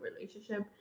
relationship